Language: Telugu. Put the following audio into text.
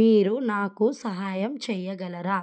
మీరు నాకు సహాయం చేయగలరా